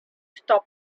stop